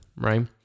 right